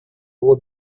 его